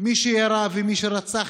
מי שירה ומי שרצח.